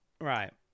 Right